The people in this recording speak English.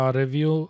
review